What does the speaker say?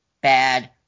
Bad